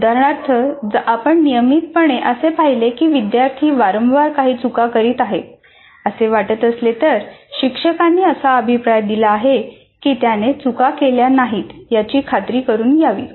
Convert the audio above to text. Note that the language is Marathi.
उदाहरणार्थ जर आपण नियमितपणे असे पाहिले की विद्यार्थी वारंवार काही चुका करीत आहेत असे वाटत असेल तर शिक्षकांनी असा अभिप्राय दिला आहे की त्याने चुका केल्या नाहीत याची खात्री करुन घ्यावी